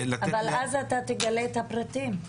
אבל אז אתה תגלה את הפרטים.